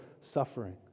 suffering